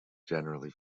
generally